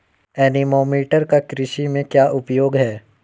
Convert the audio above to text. Anemometer का कृषि में क्या उपयोग है?